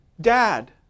Dad